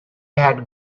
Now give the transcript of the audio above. had